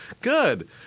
Good